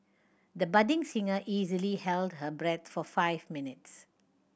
the budding singer easily held her breath for five minutes